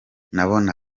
nabona